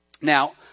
Now